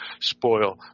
spoil